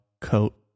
coat